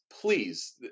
please